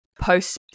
post